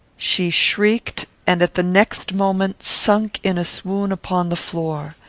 she shrieked and, at the next moment, sunk in a swoon upon the floor.